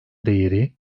değeri